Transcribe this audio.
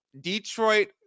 Detroit